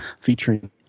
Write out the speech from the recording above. featuring